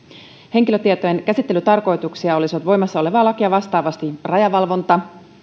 henkilötietojen käsittelytarkoituksia olisivat voimassa olevaa lakia vastaavasti rajavalvonta